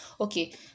Okay